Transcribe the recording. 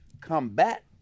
combat